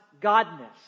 godness